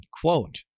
quote